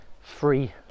free